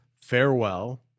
Farewell